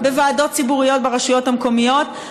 בוועדות ציבוריות ברשויות המקומיות.